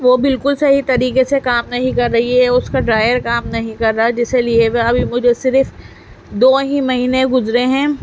وہ بالکل صحیح طریقے سے کام نہیں کر رہی ہے اس کا ڈرائر کام نہیں کر رہا ہے جسے لیے ہوئے ابھی مجھے صرف دو ہی مہینہ گزرے ہیں